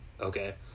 okay